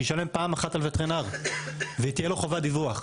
שישלם פעם אחת על וטרינר ותהיה לו חובת דיווח.